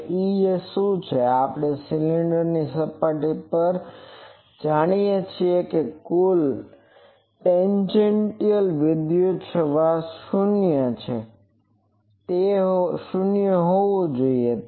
હવે Ez શું છે આપણે સિલિન્ડર સપાટી પર જાણીએ છીએ કે કુલ ટેંજેન્ટીઅલ વિદ્યુત ક્ષેત્ર શૂન્ય હોવું જોઈએ